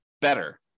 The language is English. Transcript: better